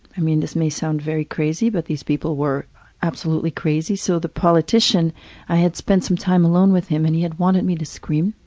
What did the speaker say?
i mean this may sound very crazy, but these people were absolutely crazy, so the politician i had spent some time alone with him and he had wanted me to scream.